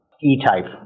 E-Type